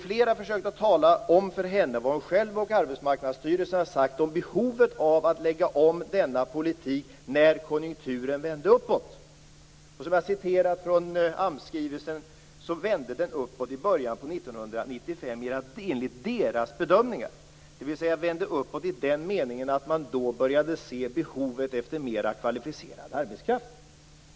Flera har försökt tala om för henne vad hon själv och Arbetsmarknadsstyrelsen har sagt om behovet av att lägga om denna politik när konjunkturen vänder uppåt. Som vi har anfört ur AMS-skrivelsen vände den enligt AMS bedömning uppåt i början av 1995, i den meningen att man då började se ett behov av mera kvalificerad arbetskraft.